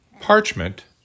Parchment